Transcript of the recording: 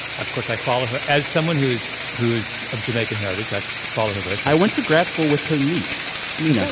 of course, i follow her. as someone who is who is of jamaican heritage, i follow her very closely i went to grad school with her niece, nina